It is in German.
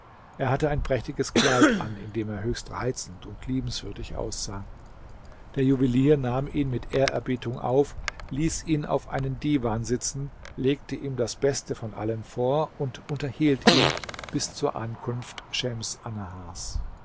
er hatte ein prächtiges kleid an in dem er höchst reizend und liebenswürdig aussah der juwelier nahm ihn mit ehrerbietung auf ließ ihn auf einen divan sitzen legte ihm das beste von allem vor und unterhielt ihn bis zur ankunft